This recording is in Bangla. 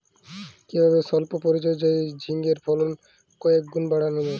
কিভাবে সল্প পরিচর্যায় ঝিঙ্গের ফলন কয়েক গুণ বাড়ানো যায়?